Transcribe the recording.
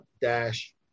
dash